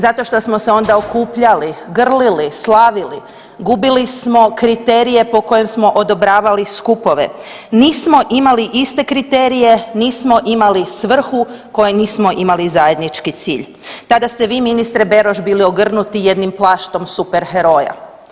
Zato što smo se onda okupljali, grlili, slavili, gubili smo kriterije po kojim smo odobravali skupove, nismo imali iste kriterije, nismo imali svrhu kojoj nismo imali zajednički cilj, tada ste vi ministre Beroš bili ogrnuti jednim plaštom super heroja.